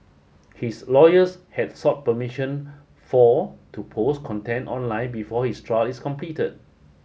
his lawyers had sought permission for to post content online before his trial is completed